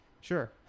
Sure